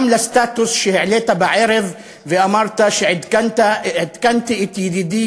גם על סטטוס שהעלית בערב ואמרת "עדכנתי את ידידי